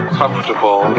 comfortable